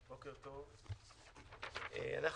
כמו שאתם אומרים, אנחנו